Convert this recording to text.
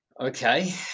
Okay